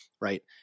Right